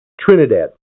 Trinidad